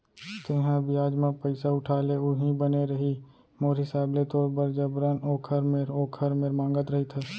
तेंहा बियाज म पइसा उठा ले उहीं बने रइही मोर हिसाब ले तोर बर जबरन ओखर मेर ओखर मेर मांगत रहिथस